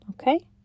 Okay